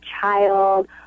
child